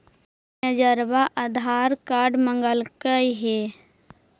मैनेजरवा आधार कार्ड मगलके हे?